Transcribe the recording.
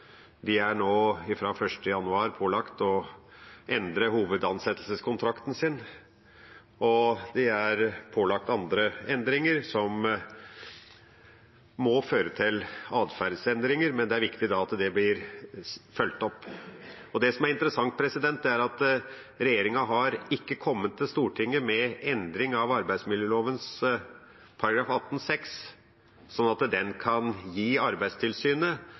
De er fra 1. januar pålagt å endre hovedansettelseskontrakten sin, og de er pålagt andre endringer som må føre til atferdsendringer, men det er viktig at det blir fulgt opp. Det som er interessant, er at regjeringa ikke har kommet til Stortinget med endring av arbeidsmiljøloven § 18-6, slik at den kan gi Arbeidstilsynet